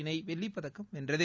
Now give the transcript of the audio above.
இணை வெள்ளிப்பதக்கம் வென்றது